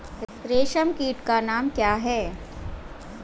रेशम कीट का नाम क्या है?